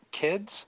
kids